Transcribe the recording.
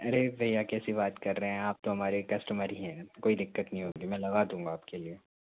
अरे भैया कैसी बात कर रहे हैं आप तो हमारे कस्टमर ही हैं कोई दिक्कत नहीं होती मैं लगा दूंगा आपके लिए